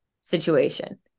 situation